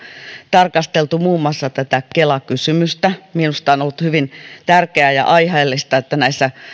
tarkasteltu muun muassa kela kysymystä minusta on ollut hyvin tärkeää ja aiheellista että tässä tulee